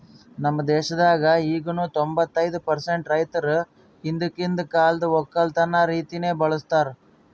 ನಮ್ ದೇಶದಾಗ್ ಈಗನು ತೊಂಬತ್ತೈದು ಪರ್ಸೆಂಟ್ ರೈತುರ್ ಹಿಂದಕಿಂದ್ ಕಾಲ್ದು ಒಕ್ಕಲತನ ರೀತಿನೆ ಬಳ್ಸತಾರ್